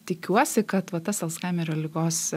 tikiuosi kad va tas alzhaimerio ligos